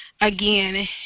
Again